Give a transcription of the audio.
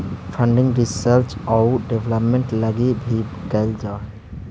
funding research आउ development लगी भी कैल जा हई